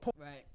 Right